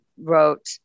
wrote